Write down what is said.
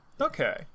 Okay